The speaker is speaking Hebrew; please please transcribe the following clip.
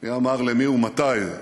מי אמר למי ומתי?